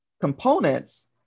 components